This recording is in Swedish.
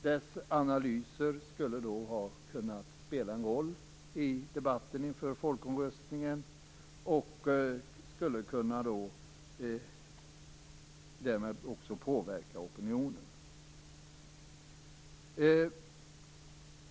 Dess analyser skulle då ha kunnat spela en roll i debatten inför folkomröstningen och därmed kunnat påverka opinionen.